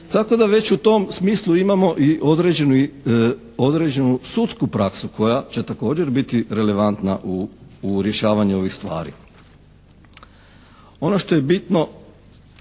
tako da već u tom smislu imamo i određenu sudsku praksu koja će također biti relevantna u rješavanju ovih stvari. Ono što je bitno